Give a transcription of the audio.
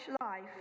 life